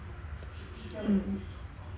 mm